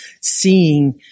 seeing